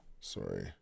Sorry